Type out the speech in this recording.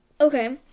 Okay